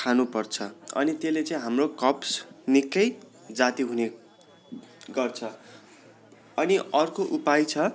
खानु पर्छ अनि त्यसले चाहिँ हाम्रो कब्ज निकै जाती हुने गर्छ अनि अर्को उपाय छ